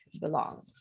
belong